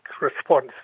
response